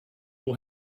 will